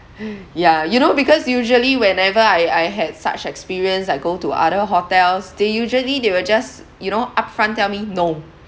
ya you know because usually whenever I I had such experience I go to other hotels they usually they will just you know upfront tell me no